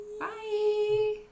Bye